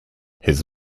his